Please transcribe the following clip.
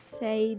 say